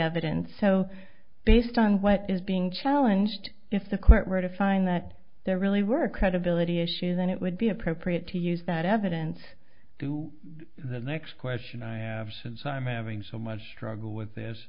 evidence so based on what is being challenged if the quote were to find that there really were credibility issues then it would be appropriate to use that evidence to the next question i have since i'm having so much struggle with